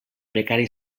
precari